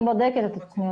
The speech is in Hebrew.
אני בודקת את עצמי.